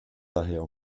daher